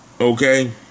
Okay